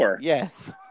Yes